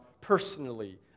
personally